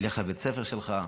אלך לבית הספר שלך,